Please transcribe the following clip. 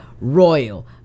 Royal